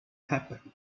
happen